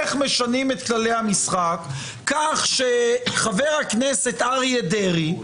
איך משנים את כללי המשחק כך שחבר הכנסת אריה דרעי,